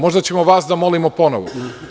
Možda ćemo vas da molimo ponovo.